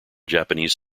japanese